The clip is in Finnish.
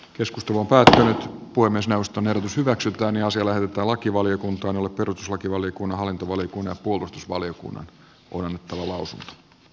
keskustelu päätöksen voi myös nousta jos hyväksytään ja siellä ja lakivaliokunta on ollut peruslaki oli kun hallintovaliokunnan puolustusvaliokunnan on palvelee